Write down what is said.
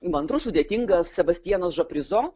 įmantrus sudėtingas sebastianas žaprizo